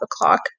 o'clock